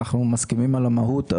שאנחנו מסכימים על המהות.